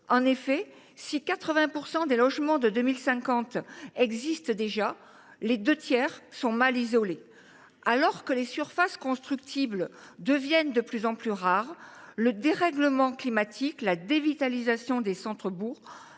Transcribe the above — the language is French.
En effet, si 80 % des logements de 2050 existent déjà, les deux tiers d’entre eux sont mal isolés. Alors que les surfaces constructibles deviennent de plus en plus rares, le dérèglement climatique et la dévitalisation des centres bourgs